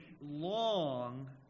long